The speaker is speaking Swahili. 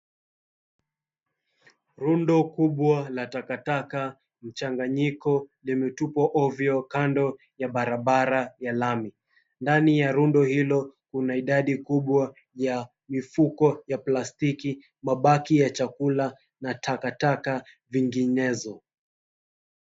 Rundo kubwa la takataka mchanganyiko yametupwa ovyo kando ya barabara ya lami. Ndani ya rundo hilo kuna idadi kubwa ya mifuko ya plastiki, mabaki ya chakula na takataka vinginezo.